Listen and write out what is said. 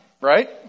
right